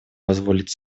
позволить